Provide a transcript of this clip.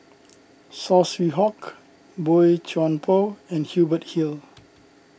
Saw Swee Hock Boey Chuan Poh and Hubert Hill